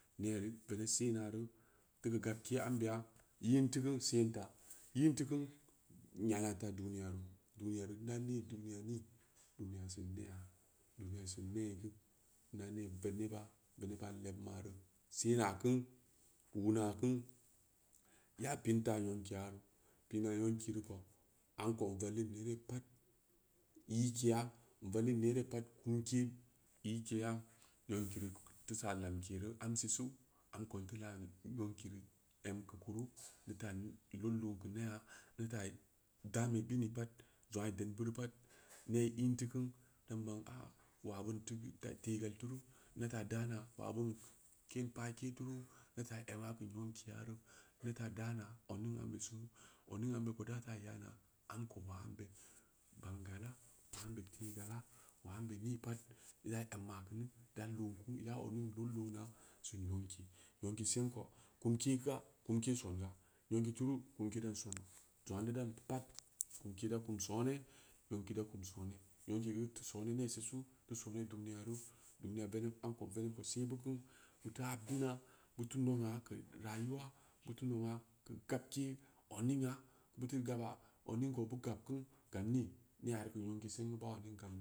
Neena veneɓ seena roo, deu geu gab kee ambeya, yin teu k usen taa, yin teu ku nyana taa duniya roo, duniya rev nda nii duniya sen nea duniya sen nea gu nna nee veneɓa, veneɓba leg ma’ reu, se’n na keun, uuuuna keun, ya pin taa nyankiya roo, pi’n na nyenki reu ko, amko n vallin neere pad yikeya, n vallin neere pad nuuuke ikeya, nyenke reu teu san lamke reu am siu, am ko n teu lan nyanki reu em keu kuru, deu taal od lom keu nea, neu taa dam new bineu pad zangna i dedn ɓeureu pad, nee i’ n teukeu, da bam aa waa bin teu teegal turu na taa daana waa bin keen pa’ke turu, na taa ama keu nyankiya roo, na taa daa naa odning ambe sunu, oduning ae ko da taa yaana amko maa ambe bangala, waa ambe teegala, waa amube mii pad da emma gu, da lon kar, ida odning lod loona sin nyomki, nyonki smko, kum ro’ kuruke songa, nyonki turu kumke dan sona, zangna na daan bureu da kunu soon em, nyanki reu ten soonew nee sisu, teu soonem duniyaro, amko venev kud sib u ku, i teu habdina buteu nongna keu rayuwa, buteu nongna keu gabke odningna, buteu gaba odning ko ba gab geu gam nii nengna reu keu ngonki singu ba odning gabi.